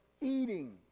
Eating